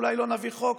אולי לא נביא חוק.